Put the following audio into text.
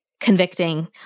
convicting